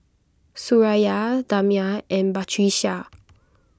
Suraya Damia and Batrisya